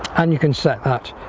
and you can set that